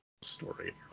story